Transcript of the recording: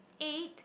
eat